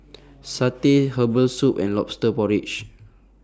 Satay Herbal Soup and Lobster Porridge